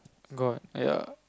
gone !aiya!